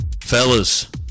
Fellas